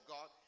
God